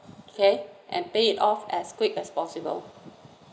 okay and pay it off as quick as possible